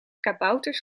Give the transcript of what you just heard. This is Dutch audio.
kabouters